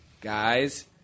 guys